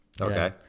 Okay